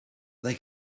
they